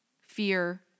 fear